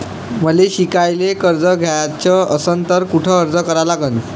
मले शिकायले कर्ज घ्याच असन तर कुठ अर्ज करा लागन?